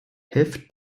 helft